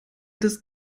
des